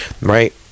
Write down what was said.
right